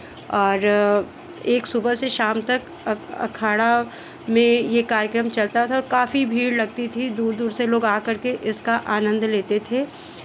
और एक सुबह से शाम तक अखाड़ा में ये कार्यक्रम चलता था और काफ़ी भीड़ लगती थी दूर दूर से लोग आकर के इसका आनंद लेते थे